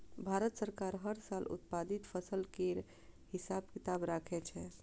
भारत सरकार हर साल उत्पादित फसल केर हिसाब किताब राखै छै